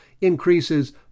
increases